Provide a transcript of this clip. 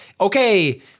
okay